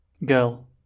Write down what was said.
Girl